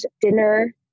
dinner